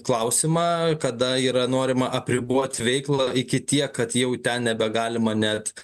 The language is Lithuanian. klausimą kada yra norima apribot veiklą iki tiek kad jau ten nebegalima net